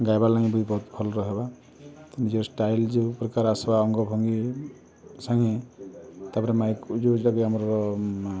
ଗାଇବାର୍ ଲାଗି ବି ବହୁତ ଭଲ ରହିବା ନିଜ ଷ୍ଟାଇଲ୍ ଯୋଉ ପ୍ରକାର ଆସବା ଅଙ୍ଗ ଭଙ୍ଗୀ ସାଙ୍ଗେ ତାପରେ ମାଇକୁ ଯୋଉଟାକି ଆମର